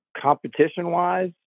Competition-wise